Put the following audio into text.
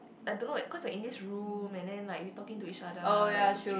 I don't know leh cause we're in this room and then like we talking to each other like so strange